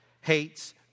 hates